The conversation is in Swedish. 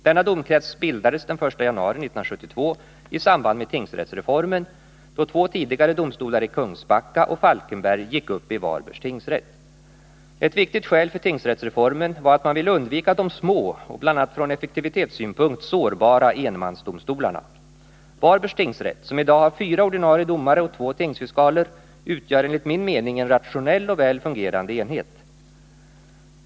Denna domkrets bildades den 1 januari 1972 i samband med tingsrättsreformen, då två tidigare domstolar i Kungsbacka och Falkenberg gick upp i Varbergs tingsrätt. Ett viktigt skäl för tingsrättsreformen var att man ville undvika de små och bl.a. från effektivitetssynpunkt sårbara enmansdomstolarna. Varbergs tingsrätt, som i dag har fyra ordinarie domare och två tingsfiskaler, utgör enligt min mening en rationell och väl fungerande enhet.